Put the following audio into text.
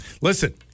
Listen